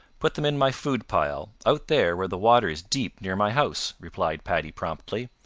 put them in my food-pile, out there where the water is deep near my house, replied paddy promptly.